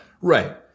Right